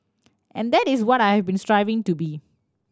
and that is what I have been striving to be